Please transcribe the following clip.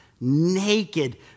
naked